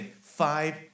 five